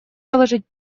заложить